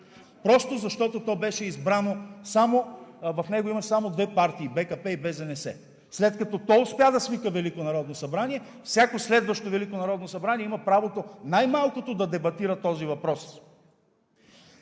просто защото то беше избрано, в него имаше само две партии – БКП и БЗНС. След като то успя да свика Велико народно събрание, всяко следващо Велико народно събрание има право най-малкото да дебатира този въпрос.